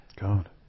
god